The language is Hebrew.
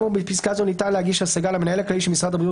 ניתן להגיש השגה למנהל הכללי של משרד הבריאות